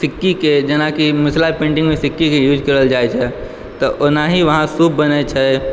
सिक्कीके जेनाकि मिथिला पेन्टिंगमे सिक्कीके यूज करल जाइ छै तऽ ओनाही वहाँ सूप बनै छै